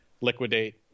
liquidate